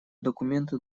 документы